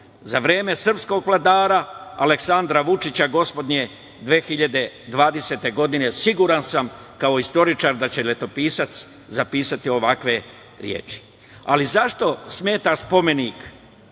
za vreme srpskog vladara Aleksandra Vučića gospodnje 2020. godine, siguran sam kao istoričar da će letopisac zapisati ovakve reči.Zašto smeta spomenik